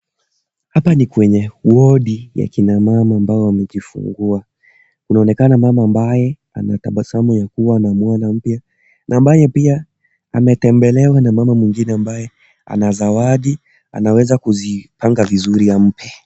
Hapa ni kwenye wodi ya kina mama ambao wamejifungua. Kunaonekana mama ambaye anatabasamu ya kuwa amemuona mwana mpya na ambaye pia ametembelewa na mama mwingine ambaye anazawadi anaweza kuzipanga vizuri ampe.